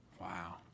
Wow